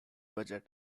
budget